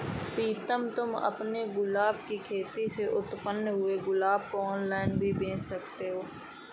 प्रीतम तुम अपने गुलाब की खेती से उत्पन्न हुए गुलाब को ऑनलाइन भी बेंच सकते हो